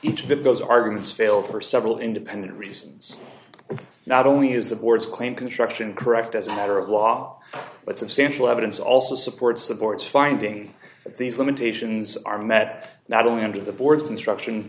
into the goes arguments fail for several independent reasons not only is the board's claim construction correct as a matter of law but substantial evidence also supports the board's finding that these limitations are met not only under the board's construction